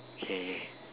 okay